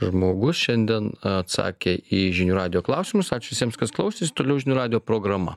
žmogus šiandien atsakė į žinių radijo klausimus ačiū visiems kas klausėsi toliau žinių radijo programa